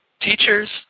teachers